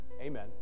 Amen